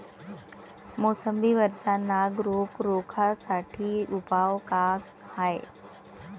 मोसंबी वरचा नाग रोग रोखा साठी उपाव का हाये?